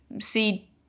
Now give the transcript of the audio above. see